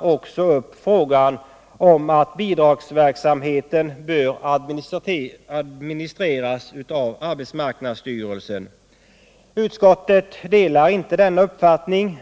också upp frågan om att bidragsverksamheten bör administreras av arbetsmarknadsstyrelsen. Utskottet delar inte denna uppfattning.